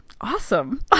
awesome